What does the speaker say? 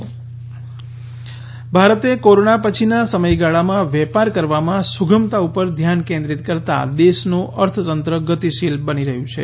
Jaishankar America ભારતે corona પછીના સમયગાળામાં વેપાર કરવામાં સુગમતા ઉપર ધ્યાન કેન્દ્રિત કરતા દેશનું અર્થતંત્ર ગતિશીલ બની રહ્યું છે